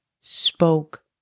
spoke